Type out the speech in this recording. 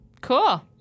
Cool